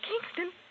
Kingston